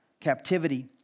captivity